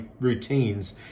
routines